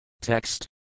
Text